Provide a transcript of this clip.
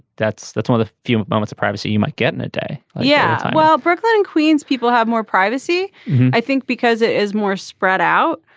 that's that's what a few moments of privacy you might get in a day yes. yeah well brooklyn and queens people have more privacy i think because it is more spread out.